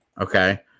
okay